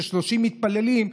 ל-30 מתפללים,